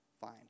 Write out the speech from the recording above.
Fine